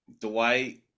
Dwight